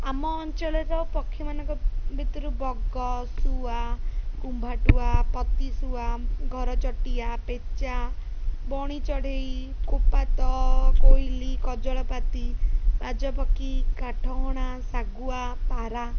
ଆମ ଅଞ୍ଚଳର ପକ୍ଷୀମାନଙ୍କ ଭିତରୁ ବଗ ଶୁଆ କୁମ୍ଭାଟୁଆ ପତିଶୁଆ ଘରଚଟିଆ ପେଚା ବଣି ଚଢ଼େଇ କୁପାତ କୋଇଲି କଜଳପାତି ବାଜପକ୍ଷୀ କାଠହଣା ଶାଗୁଆ ପାରା